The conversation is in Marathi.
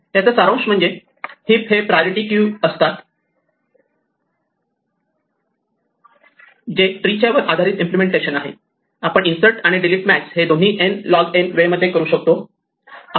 याचा सारांश म्हणजे हीप हे प्रायोरिटी क्यू चे ट्री वर आधारित इम्पलेमेंटेशन आहे जिथे आपण इन्सर्ट आणि डिलीट मॅक्स हे दोन्ही n लॉग n वेळे मध्ये करू शकतो